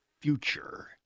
Future